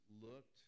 looked